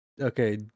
Okay